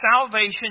salvation